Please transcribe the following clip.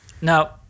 Now